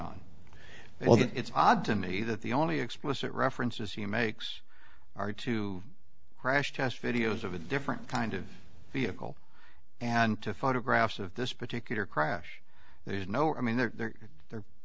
on well it's odd to me that the only explicit references he makes are to crash test videos of a different kind of vehicle and to photographs of this particular crash there's no i mean there there